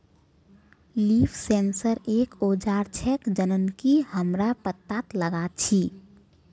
leaf sensor एक औजार छेक जननकी हमरा पत्ततात लगा छी